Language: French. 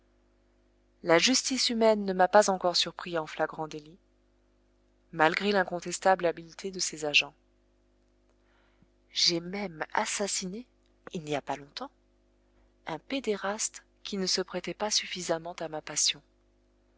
la justice humaine ne m'a pas encore surpris en flagrant délit malgré l'incontestable habileté de ses agents j'ai même assassiné il n'y a pas longtemps un pédéraste qui ne se prêtait pas suffisamment à ma passion